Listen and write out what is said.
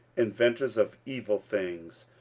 inventors of evil things,